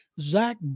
Zach